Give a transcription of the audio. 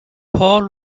paul